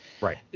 Right